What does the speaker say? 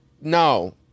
no